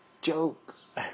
jokes